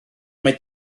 mae